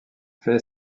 fait